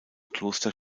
kloster